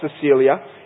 Cecilia